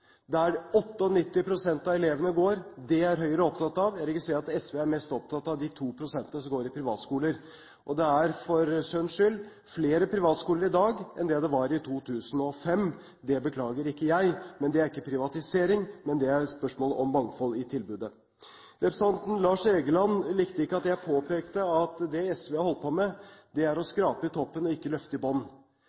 der 98 pst. av elevene går. Det er Høyre opptatt av. Jeg registrerer at SV er mest opptatt av de to prosentene som går i privatskoler. Det er for ordens skyld flere privatskoler i dag enn det var i 2005. Det beklager ikke jeg, men det er ikke privatisering, det er spørsmål om mangfold i tilbudet. Representanten Lars Egeland likte ikke at jeg påpekte at det SV har holdt på med, er å skrape i toppen og ikke løfte i